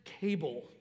Cable